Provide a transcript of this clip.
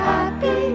Happy